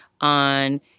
on